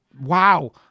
wow